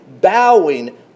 bowing